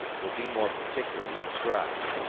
will be more particularly described.